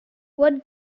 what